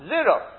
Zero